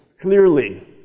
Clearly